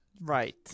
Right